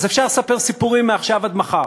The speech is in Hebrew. אז אפשר לספר סיפורים מעכשיו עד מחר.